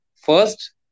first